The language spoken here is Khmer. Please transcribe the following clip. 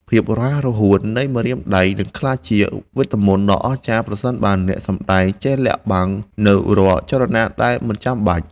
ភាពរហ័សរហួននៃម្រាមដៃនឹងក្លាយជាវេទមន្តដ៏អស្ចារ្យប្រសិនបើអ្នកសម្តែងចេះលាក់បាំងនូវរាល់ចលនាដែលមិនចាំបាច់។